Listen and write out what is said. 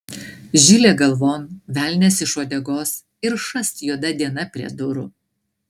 žilė galvon velnias iš uodegos ir šast juoda diena prie durų